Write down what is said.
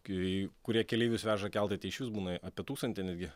kai kurie keleivius veža keltai tai išvis būna apie tūkstantį netgi